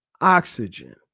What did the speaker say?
oxygen